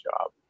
job